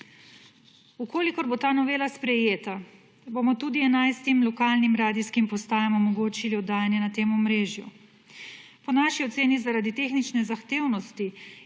V kolikor bo ta novela sprejeta, bomo tudi 11 lokalnim radijskim postajam omogočili oddajanje na temu omrežju. Po naši oceni zaradi tehnične zahtevnosti